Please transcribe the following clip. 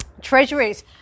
Treasuries